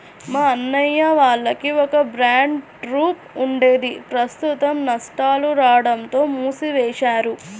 మా అన్నయ్య వాళ్లకి ఒక బ్యాండ్ ట్రూప్ ఉండేది ప్రస్తుతం నష్టాలు రాడంతో మూసివేశారు